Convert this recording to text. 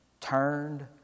turned